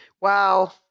Wow